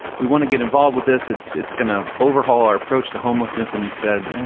we want to get involved with this. it's it's going to overhaul our approach to homelessness. and he said